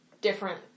different